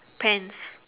pants